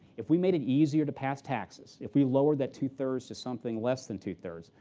if we made it easier to pass taxes, if we lowered that two-thirds to something less than two-thirds,